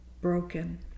broken